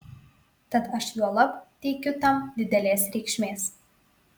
tad aš juolab teikiu tam didelės reikšmės